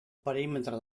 perímetre